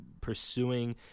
pursuing